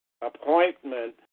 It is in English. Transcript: appointment